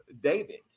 David